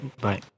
Bye